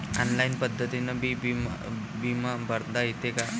Online पद्धतीनं बी बिमा भरता येते का?